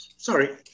sorry